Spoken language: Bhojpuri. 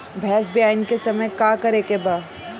भैंस ब्यान के समय का करेके बा?